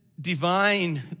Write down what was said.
Divine